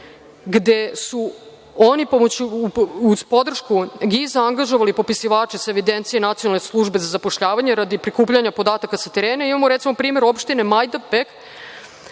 gde su oni uz podršku GIZ-a angažovali popisivače sa evidencije nacionalne službe za zapošljavanje radi prikupljanja podataka sa terena. Imamo recimo primer opštine Majdanpek